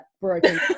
broken